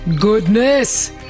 Goodness